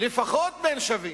לפחות בין שווים.